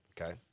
okay